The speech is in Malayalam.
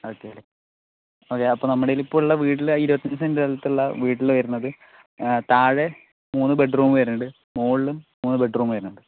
ഓക്കേ നമ്മളതില് ഇപ്പോൾ വീടിന് ഇരുപത്തിയഞ്ച് സെന്റുള്ള വീടിന് വില വരുന്നത് താഴെ മൂന്ന് ബെഡ്റൂം വരുന്നുണ്ട് മോളിലും മൂന്ന് ബെഡ്റൂം വരുന്നുണ്ട്